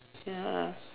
ya